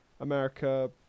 America